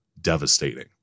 devastating